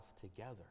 together